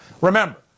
Remember